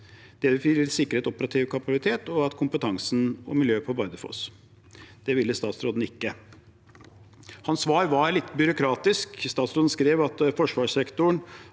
Det ville sikret operativ kapasitet og kompetansen og miljøet på Bardufoss. Det ville statsråden ikke. Hans svar var litt byråkratisk. Statsråden skrev: «forsvarssektoren